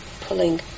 pulling